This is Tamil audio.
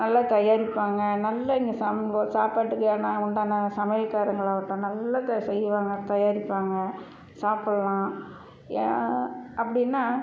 நல்லா தயாரிப்பாங்க நல்ல இங்கே சமை சாப்பாட்டுக்கான உண்டான சமையல்காரவங்கலாகவட்டும் நல்லா க செய்வாங்க தயாரிப்பாங்க சாப்பிட்லாம் ஏன் அப்படின்னா